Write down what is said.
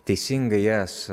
teisingai jas